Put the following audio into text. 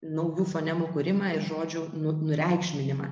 naujų fonemų kūrimą ir žodžių nu nureikšminimą